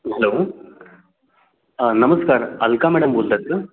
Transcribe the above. hello नमस्कार Alka madam बोलतात का